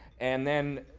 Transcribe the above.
and then,